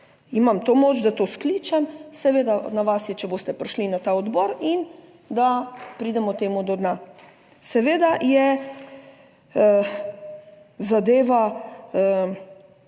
imam to moč, da to skličem. Seveda, na vas je, če boste prišli na ta odbor in da pridemo temu do dna. Seveda je zadeva